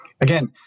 Again